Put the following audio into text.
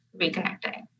reconnecting